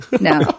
No